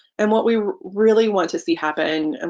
and what we really want to see happen, and